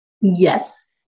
Yes